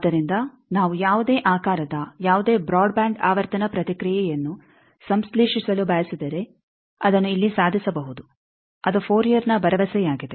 ಆದ್ದರಿಂದ ನಾವು ಯಾವುದೇ ಆಕಾರದ ಯಾವುದೇ ಬ್ರಾಡ್ ಬ್ಯಾಂಡ್ ಆವರ್ತನ ಪ್ರತಿಕ್ರಿಯೆಯನ್ನು ಸಂಶ್ಲೇಷಿಸಲು ಬಯಸಿದರೆ ಅದನ್ನು ಇಲ್ಲಿ ಸಾಧಿಸಬಹುದು ಅದು ಫೋರಿಯರ್ನ ಭರವಸೆಯಾಗಿದೆ